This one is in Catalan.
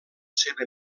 seva